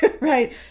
right